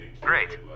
great